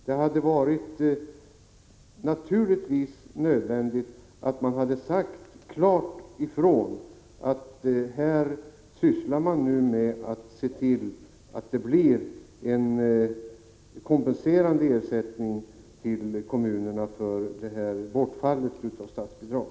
Det hade naturligtvis varit nödvändigt att klart säga att man nu sysslade med frågan om en kompenserande ersättning till kommunerna för detta bortfall av statsbidrag.